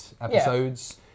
episodes